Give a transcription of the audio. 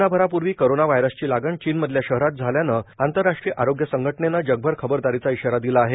महिनाभरापूर्वी करोना व्हायरसची लागण चीनमधल्या शहरात झाल्याने आंतरराष्ट्रीय आरोग्य संघटनेने जगभर खबरदारीचा इशारा दिला आहे